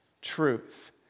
truth